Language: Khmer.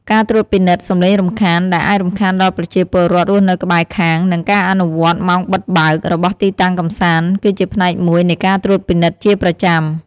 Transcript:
ការត្រួតពិនិត្យ សំឡេងរំខាន ដែលអាចរំខានដល់ប្រជាពលរដ្ឋរស់នៅក្បែរខាង និងការអនុវត្ត ម៉ោងបិទបើក របស់ទីតាំងកម្សាន្ត គឺជាផ្នែកមួយនៃការត្រួតពិនិត្យជាប្រចាំ។